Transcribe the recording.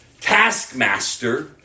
taskmaster